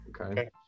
okay